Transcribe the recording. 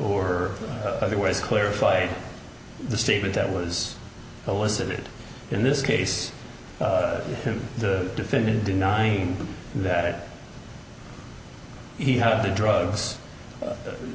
or otherwise clarify the statement that was elicited in this case the defendant denying that he had drugs